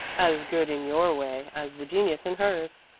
as good in your way as the genius in hers.